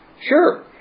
sure